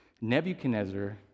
Nebuchadnezzar